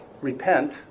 repent